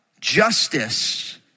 Justice